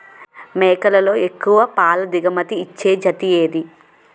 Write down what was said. మేకలలో ఎక్కువ పాల దిగుమతి ఇచ్చే జతి ఏది?